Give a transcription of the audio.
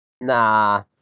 Nah